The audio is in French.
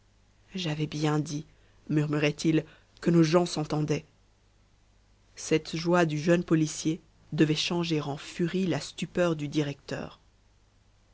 j'avais bien dit murmurait-il que nos gens s'entendaient cette joie du jeune policier devait changer en furie la stupeur du directeur